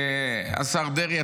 השר דרעי,